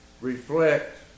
reflect